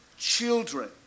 Children